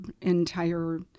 entire